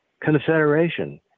confederation